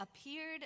appeared